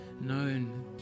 known